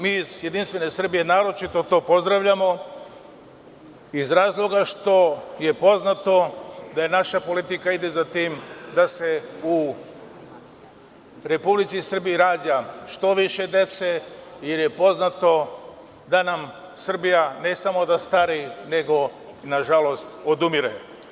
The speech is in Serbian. Mi iz JS naročito to pozdravljamo, iz razloga što je poznato da naša politika ide za tim da se u Republici Srbiji rađa što više dece, jer je poznato da nam Srbija, ne samo da stari, nego odumire.